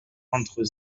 entre